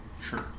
Sure